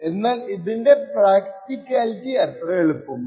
എന്നാൽ ഇതിന്റെ പ്രാക്റ്റികാലിറ്റി അത്ര എളുപ്പമല്ല